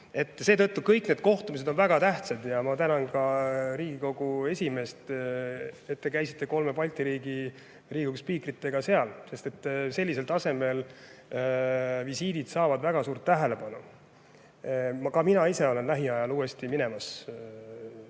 Seetõttu on kõik need kohtumised väga tähtsad. Ma tänan ka Riigikogu esimeest, et te käisite kolme Balti riigi [parlamendi] spiikritega seal, sest sellisel tasemel visiidid saavad väga suurt tähelepanu. Ka mina ise lähen lähiajal uuesti juba